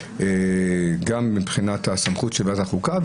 גם מבחינת הסמכות של ועדת החוקה,